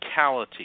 physicality